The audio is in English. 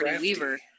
weaver